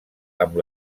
amb